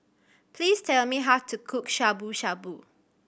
please tell me how to cook Shabu Shabu